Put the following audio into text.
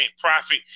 profit